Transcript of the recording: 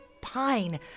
Pine